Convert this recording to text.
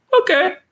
okay